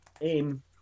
aim